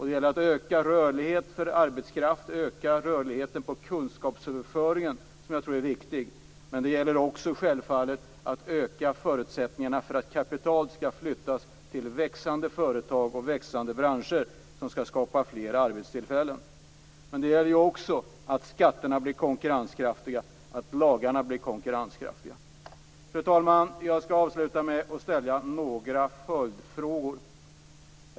Det gäller att öka rörligheten för arbetskraft och rörligheten för kunskapsöverföringen, som jag tror är viktig. Det gäller självfallet också att öka förutsättningarna för att kapitalet skall flytta till växande företag och växande branscher som skall skapa fler arbetstillfällen. Men det gäller också att skatterna och lagarna blir konkurrenskraftiga. Fru talman! Jag skall avsluta med att ställa några följdfrågor.